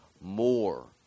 more